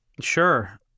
Sure